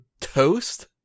Toast